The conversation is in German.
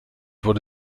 wurde